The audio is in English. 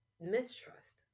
mistrust